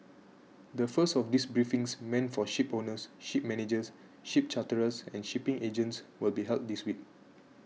the first of these briefings meant for shipowners ship managers ship charterers and shipping agents will be held this week